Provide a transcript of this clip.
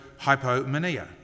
hypomania